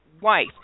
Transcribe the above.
wife